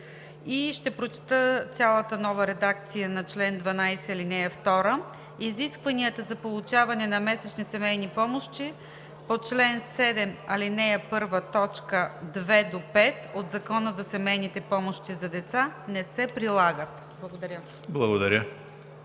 Ще прочета цялата нова редакция на чл. 12, ал. 2: „(2) Изискванията за получаване на месечни семейни помощи по чл. 7, ал. 1, т. 2 – 5 от Закона за семейните помощи за деца не се прилагат.“ Благодаря.